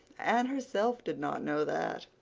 anne herself did not know that.